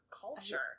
culture